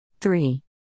three